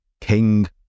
king